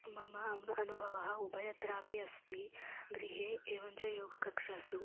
मम अम् अनुभवः उभयत्रापि अस्ति गृहे एवञ्च योगकक्षासु